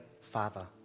Father